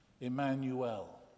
Emmanuel